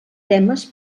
temes